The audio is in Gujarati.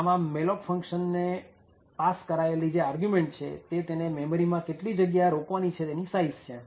આમાં malloc ફંક્શન ને પાસ કરાયેલી આર્ગ્યુંમેન્ટ છે તે તેને મેમરી માં કેટલી જગ્યા રોકવાની છે તેની સાઈઝ છે